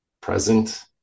present